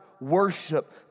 worship